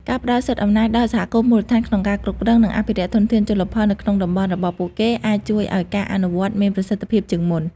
ការផ្ដល់សិទ្ធិអំណាចដល់សហគមន៍មូលដ្ឋានក្នុងការគ្រប់គ្រង និងអភិរក្សធនធានជលផលនៅក្នុងតំបន់របស់ពួកគេ អាចជួយឱ្យការអនុវត្តមានប្រសិទ្ធភាពជាងមុន។